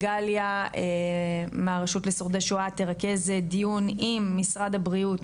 גליה מהרשות לשורדי שואה תרכז דיון עם משרד הבריאות,